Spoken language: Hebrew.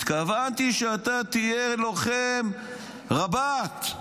התכוונתי שאתה תהיה לוחם רב"ט.